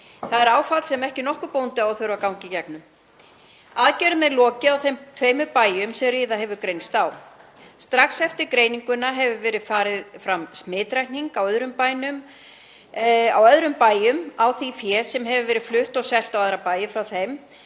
Það er áfall sem ekki nokkur bóndi á að þurfa að ganga í gegnum. Aðgerðum er lokið á þeim tveimur bæjum sem riða hefur greinst á. Strax eftir greininguna fór fram smitrakning á öðrum bæjum, á því fé sem hafði verið flutt og selt á aðra bæi frá þeim.